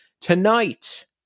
tonight